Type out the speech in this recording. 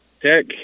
tech